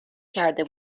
کرده